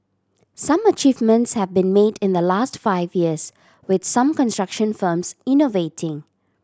some achievements have been made in the last five years with some construction firms innovating